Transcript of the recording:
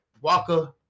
walker